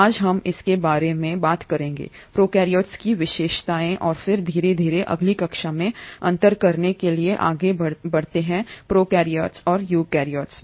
आज हम इसके बारे में बात करेंगे प्रोकैरियोट्स की विशेषताएं और फिर धीरे धीरे अगली कक्षा में अंतर करने के लिए आगे बढ़ते हैं प्रोकैरियोट्स और यूकेरियोट्स